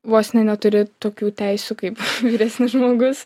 vos ne neturi tokių teisių kaip vyresnis žmogus